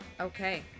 okay